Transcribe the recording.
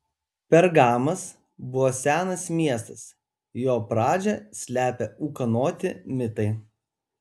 pergamas buvo senas miestas jo pradžią slepia ūkanoti mitai